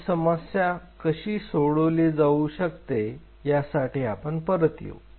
ही समस्या कशी सोडवली जाऊ शकते यासाठी आपण परत येऊ